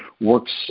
works